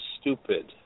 stupid